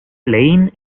blaine